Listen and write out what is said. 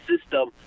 system